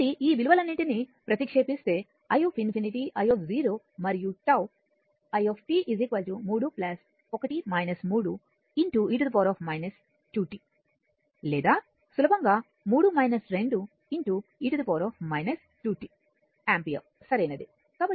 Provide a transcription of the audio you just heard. కాబట్టి ఈ విలువలన్నింటినీ ప్రతిక్షేపిస్తే i ∞ i మరియు τ i 3 1 3 e 2 t లేదా సులభంగా e 2t యాంపియర్ సరైనది